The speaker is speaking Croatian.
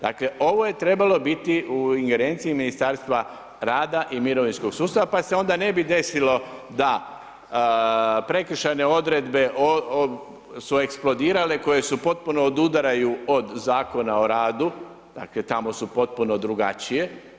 Dakle, ovo je trebalo biti u ingerenciji Ministarstvu rada i mirovinskog sustava, pa se onda ne bi desilo da prekršajne odredbe su eksplodirale koje potpuno odudaraju od Zakona o radu, dakle, tamo su potpuno drugačije.